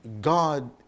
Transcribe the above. God